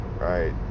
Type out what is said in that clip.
right